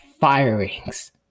firings